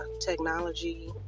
technology